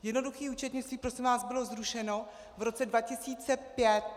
Jednoduché účetnictví, prosím vás, bylo zrušeno v roce 2005.